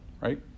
right